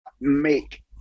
make